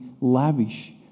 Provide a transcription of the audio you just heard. lavish